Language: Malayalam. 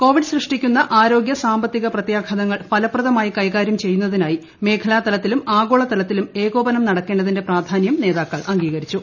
കോവിഡ് സൃഷ്ടിക്കുന്ന ആരോഗ്യ സാമ്പത്തിക പ്രത്യാഘാതങ്ങൾ ഫലപ്രദമായി കൈകാര്യം ചെയ്യുന്നതിനായി മേഖലാതലത്തിലും ആഗോള തലത്തിലും ഏകോപനം നടക്കേണ്ടതിന്റെ പ്രാധാന്യവും നേതാക്കൾ അംഗീകരിച്ചു